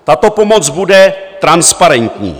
Tato pomoc bude transparentní.